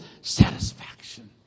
satisfaction